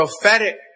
prophetic